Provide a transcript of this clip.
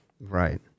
right